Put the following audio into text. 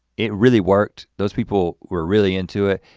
it really worked. those people were really into it.